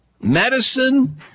medicine